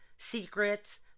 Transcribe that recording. Secrets